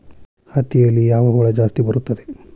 ಹತ್ತಿಯಲ್ಲಿ ಯಾವ ಹುಳ ಜಾಸ್ತಿ ಬರುತ್ತದೆ?